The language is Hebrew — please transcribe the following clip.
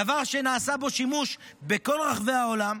דבר שנעשה בו שימוש בכל רחבי העולם.